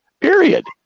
period